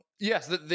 Yes